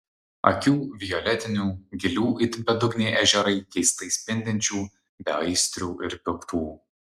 akių violetinių gilių it bedugniai ežerai keistai spindinčių beaistrių ir piktų